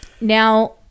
Now